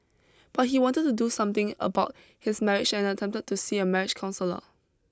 but he had wanted to do something about his marriage and attempted to see a marriage counsellor